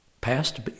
past